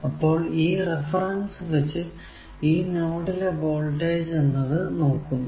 അപ്പോൾ ഈ റഫറൻസ് വച്ച് ഈ നോഡിലെ വോൾടേജ് എന്നത് നോക്കുന്നു